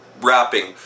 rapping